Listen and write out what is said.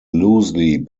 loosely